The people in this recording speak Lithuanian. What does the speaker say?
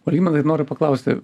algimantai noriu paklausti